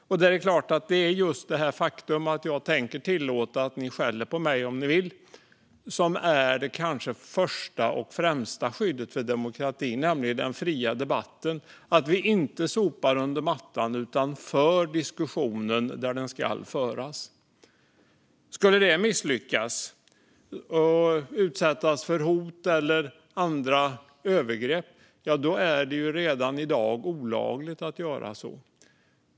Just det faktum att jag tänker tillåta att ni skäller på mig om ni vill är kanske det första och främsta skyddet för demokratin, nämligen den fria debatten - att vi inte sopar under mattan utan för diskussionen där den ska föras. Skulle det misslyckas så att detta utsätts för hot eller andra övergrepp är det redan i dag olagligt.